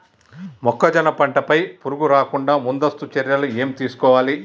మొక్కజొన్న పంట పై పురుగు రాకుండా ముందస్తు చర్యలు ఏం తీసుకోవాలి?